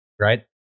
right